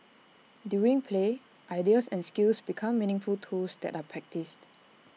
during play ideas and skills become meaningful tools that are practised